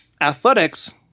Athletics